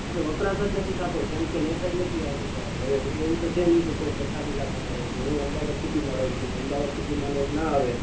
અને વપરાશ જ નથી થતો કેમ કે નેટ જ નથી આવતું સાહેબ અને હું એવું તો છે નહીં કે હું કોઈ પછાત ઇલાકામાં રહું છું હું અમદાવાદ સિટીમાં રહું છું અને અમદાવાદ સીટીમાં નેટ ના આવે